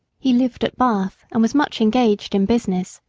he lived at bath, and was much engaged in business.